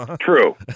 True